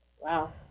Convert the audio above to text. Wow